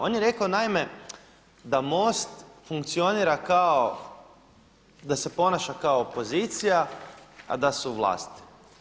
On je rekao naime da MOST funkcionira kao da se ponaša kao opozicija, a da su u vlasti.